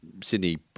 Sydney